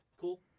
cool